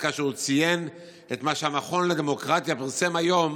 עליה כאשר הוא ציין את מה שהמכון לדמוקרטיה פרסם היום